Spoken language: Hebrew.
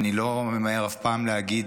אני לא ממהר אף פעם להגיד